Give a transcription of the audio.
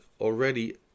already